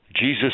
Jesus